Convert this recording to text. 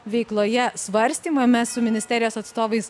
veikloje svarstymą mes su ministerijos atstovais